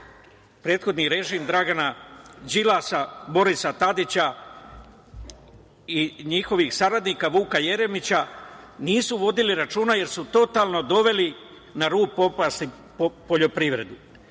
prethodni režim Dragana Đilasa, Borisa Tadića i njihovih saradnika, Vuka Jeremića, nisu vodili računa, jer su totalno doveli na rub propasti poljoprivredu. Setite